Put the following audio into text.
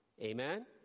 Amen